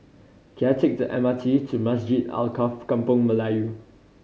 can I take the M R T to Masjid Alkaff Kampung Melayu